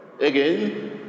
Again